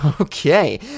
Okay